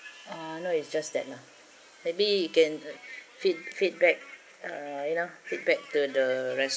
uh no is just that lah maybe you can feed feedback uh you know feedback to the rest~